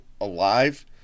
alive